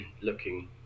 looking